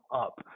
up